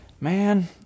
Man